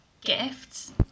gifts